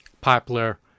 popular